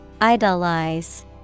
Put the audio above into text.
Idolize